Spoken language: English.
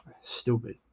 Stupid